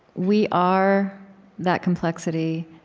we are that complexity.